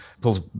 pulls